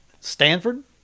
Stanford